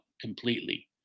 completely